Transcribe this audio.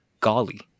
golly